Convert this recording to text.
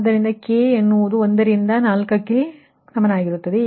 ಆದ್ದರಿಂದ k ಎನ್ನುವುದು 1 ರಿಂದ 4 ಕ್ಕೆ ಸಮನಾಗಿರುತ್ತದೆ